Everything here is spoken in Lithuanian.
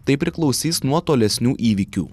tai priklausys nuo tolesnių įvykių